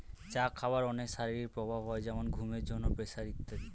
চা খাবার অনেক শারীরিক প্রভাব হয় যেমন ঘুমের জন্য, প্রেসার ইত্যাদি